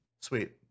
Sweet